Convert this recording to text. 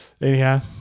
Anyhow